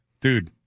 dude